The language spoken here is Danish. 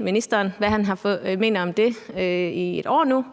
ministeren, hvad han mener om det, i et år nu.